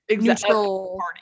neutral